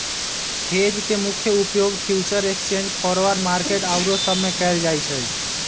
hedge के मुख्य उपयोग फ्यूचर एक्सचेंज, फॉरवर्ड मार्केट आउरो सब में कएल जाइ छइ